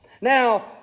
Now